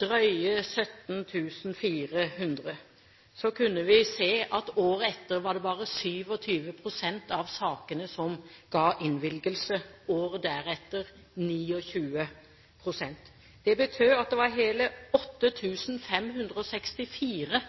drøye 17 400, kunne vi se året etter at det bare var 27 pst. av sakene som ga innvilgelse, året deretter 29 pst. Det betyr at det var hele 8 564